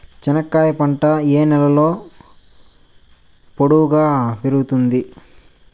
చెనక్కాయలు పంట ఏ నేలలో పొడువుగా పెరుగుతుంది?